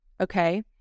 Okay